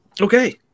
Okay